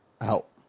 help